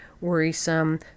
worrisome